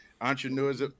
Entrepreneurs